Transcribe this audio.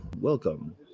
Welcome